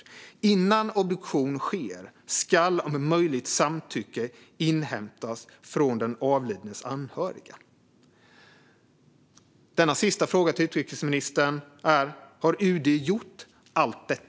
Innan obduktion sker ska om möjligt samtycke inhämtas från den avlidnes anhöriga. Min sista fråga till utrikesministern är: Har UD gjort allt detta?